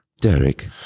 Derek